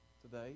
today